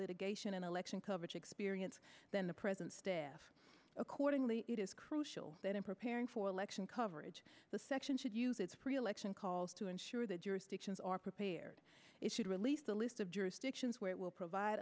litigation and election coverage experience than the present staff accordingly it is crucial that in preparing for election coverage the section should use its pre election calls to ensure that yours dictions are prepared it should release a list of jurisdictions where it will provide